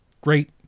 great